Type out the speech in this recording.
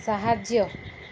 ସାହାଯ୍ୟ